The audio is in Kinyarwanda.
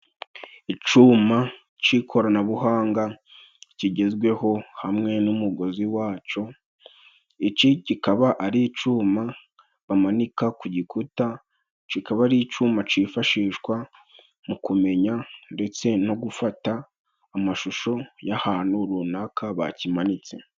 Icuma c'ikoranabuhanga kigezweho hamwe n'umugozi waco. Iki kikaba ari icuma bamanika ku gikuta, kikaba ari icuma cifashishwa mu kumenya ndetse no gufata amashusho y'ahantu runaka bakimanitse.